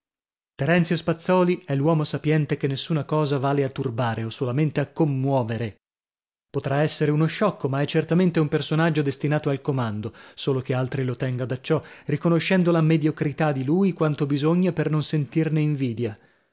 terenzio spazzòli è l'uomo sapiente che nessuna cosa vale a turbare o solamente a commuovere potrà essere uno sciocco ma è certamente un personaggio destinato al comando solo che altri lo tenga da ciò riconoscendo la mediocrità di lui quanto bisogna per non sentirne invidia